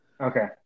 okay